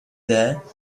there